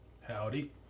Howdy